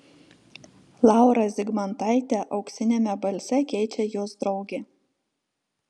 laurą zigmantaitę auksiniame balse keičia jos draugė